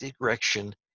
direction